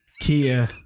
Kia